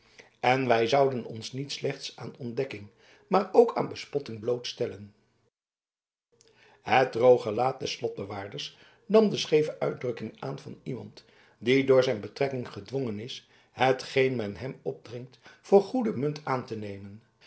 en wij zouden ons niet slechts aan ontdekking maar ook aan bespotting blootstellen het droog gelaat des slotbewaarders nam de scheeve uitdrukking aan van iemand die door zijn betrekking gedwongen is hetgeen men hem opdringt voor goede munt aan te nemen